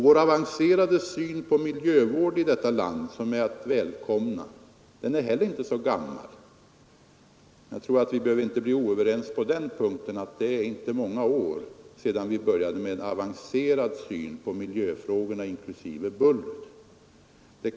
Vår avancerade syn på miljövården, som är att välkomna, är heller inte så gammal. Jag tror inte att vi behöver bli oense på den punkten — att det inte är många år sedan vi började med en avancerad syn på miljöfrågorna inklusive bullret.